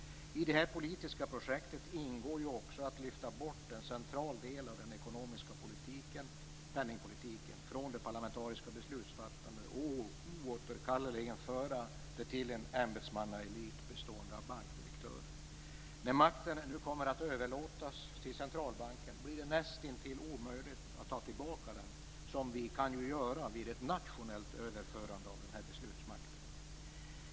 I det här politiska projektet ingår att lyfta bort en central del av den ekonomiska politiken, penningpolitiken, från det parlamentariska beslutsfattandet och oåterkalleligen föra det till en ämbetsmannaelit bestående av bankdirektörer. När makten nu kommer att överlåtas till centralbanken blir det nästintill omöjligt att ta tillbaka den, som vi kan göra vid ett nationellt överförande av denna beslutsmakt.